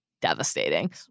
Devastating